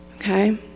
Okay